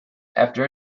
after